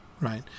right